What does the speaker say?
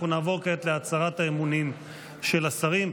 אנחנו נעבור כעת להצהרת האמונים של השרים.